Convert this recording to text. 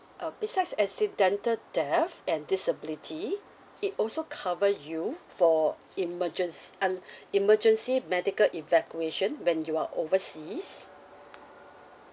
uh besides accidental death and disability it also cover you for emergenc~ uh emergency medical evacuation when you are overseas